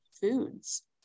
foods